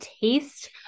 taste